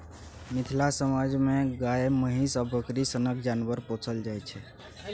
मिथिला समाज मे गाए, महीष आ बकरी सनक जानबर पोसल जाइ छै